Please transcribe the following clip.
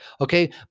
Okay